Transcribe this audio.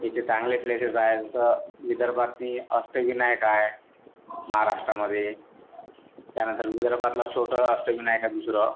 इथे चांगले प्लेसेस आहेत तर विदर्भात ना अष्टविनायक आहे महाराष्ट्रामध्ये त्यानंतर विदर्भातलं छोटं अष्टविनायक आहे दुसरं